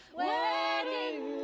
wedding